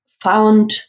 found